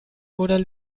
oder